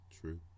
True